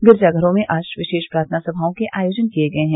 गिरजा घरों में आज विशेष प्रार्थना सभाओं के आयोजन किये गये हैं